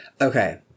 Okay